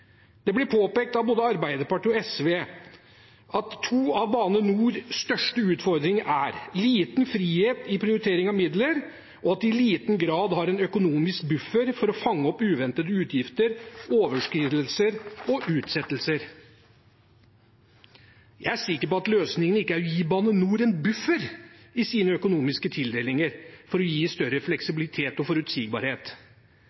Det blir påpekt av både Arbeiderpartiet og SV at to av Bane NORs største utfordringer er liten frihet i prioritering av midler, og at de i liten grad har en økonomisk buffer for å fange opp uventede utgifter, overskridelser og utsettelser. Jeg er sikker på at løsningen ikke er å gi Bane NOR en buffer i sine økonomiske tildelinger for å gi større